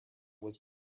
was